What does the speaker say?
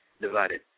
Divided